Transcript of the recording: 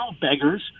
beggars